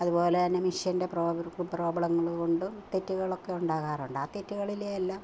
അതുപോലെ തന്നെ മിഷ്യന്റെ പ്രോ പ്രോബ്ലങ്ങൾ കൊണ്ടും തെറ്റുകൾ ഒക്കെ ഉണ്ടാകാറുണ്ട് ആ തെറ്റുകളിലെ എല്ലാം